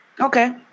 Okay